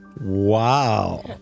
Wow